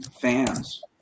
fans